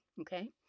Okay